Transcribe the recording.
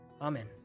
amen